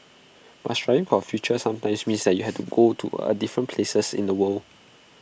but striving for A future sometimes means that you will have to go to A different places in the world